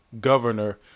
governor